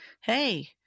hey